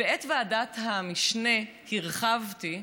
ואת ועדת המשנה הרחבתי.